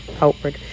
outward